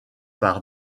par